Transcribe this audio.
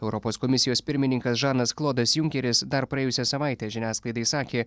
europos komisijos pirmininkas žanas klodas junkeris dar praėjusią savaitę žiniasklaidai sakė